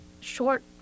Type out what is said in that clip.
short